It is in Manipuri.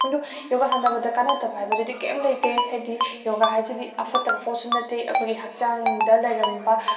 ꯑꯗꯣ ꯌꯣꯒꯥ ꯁꯥꯟꯅꯕꯗ ꯀꯥꯟꯅꯗꯕ ꯍꯥꯏꯕꯗꯨꯗꯤ ꯀꯩꯝ ꯂꯩꯇꯦ ꯍꯥꯏꯗꯤ ꯌꯣꯒꯥ ꯍꯥꯏꯁꯤꯗꯤ ꯑꯐꯠꯇꯕ ꯄꯣꯠꯁꯨ ꯅꯠꯇꯦ ꯑꯩꯈꯣꯏꯒꯤ ꯍꯛꯆꯥꯡꯗ ꯂꯩꯔꯝꯕ